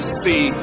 see